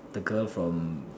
the girl from